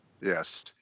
Yes